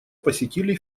посетили